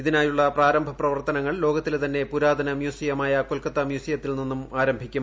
ഇതിനായുള്ള പ്രാരംഭ പ്രവർത്തനങ്ങൾ ലോകത്തിലെ തന്നെ പുരാതന മ്യൂസിയമായ കൊൽക്കത്ത മ്യൂസിയത്തിൽ നിന്നും ആരംഭിക്കും